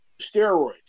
steroids